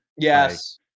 Yes